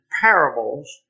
parables